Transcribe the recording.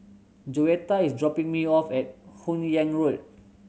Joetta is dropping me off at Hun Yeang Road